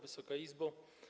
Wysoka Izbo!